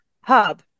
hub